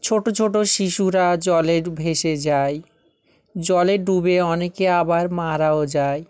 ছোটো ছোটো শিশুরা জলের ভেসে যায় জলে ডুবে অনেকে আবার মারাও যায়